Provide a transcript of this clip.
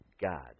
God